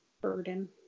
burden